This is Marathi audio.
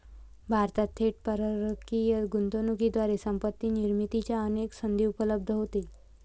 भारतात थेट परकीय गुंतवणुकीद्वारे संपत्ती निर्मितीच्या अनेक संधी उपलब्ध होतील